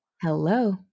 Hello